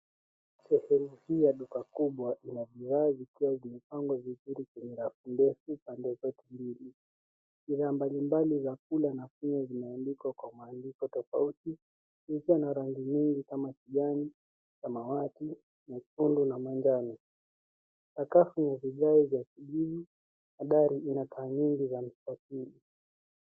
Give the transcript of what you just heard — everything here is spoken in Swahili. Sehemu hii ya duka kubwa ina bidhaa zikiwa zimepangwa vizuri kwenye rafu ndefu pande zote mbili. Bidhaa mbalimbali za kula na kunywa vimeandikwa kwa maandiko tofauti zikiwa na rangi nyingi kama kijani, samawati, nyekundu na manjano. Sakafu ni vigae vya kijivu na dari ina taa nyingi za mstatili.